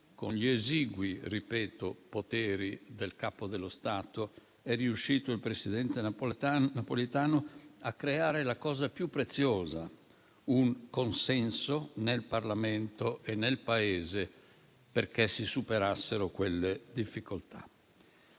con gli esigui poteri del Capo dello Stato, è riuscito a creare la cosa più preziosa: un consenso nel Parlamento e nel Paese perché si superassero quelle difficoltà.